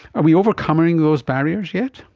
are we overcoming those barriers yet?